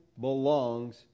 belongs